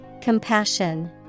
Compassion